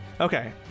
Okay